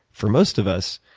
for most of us,